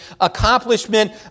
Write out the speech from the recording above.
accomplishment